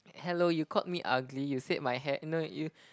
hello you called me ugly you said my hair no you